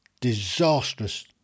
disastrous